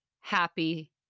happy